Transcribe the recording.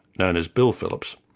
known as bill phillips,